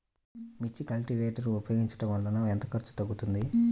మిర్చి కల్టీవేటర్ ఉపయోగించటం వలన ఎంత ఖర్చు తగ్గుతుంది?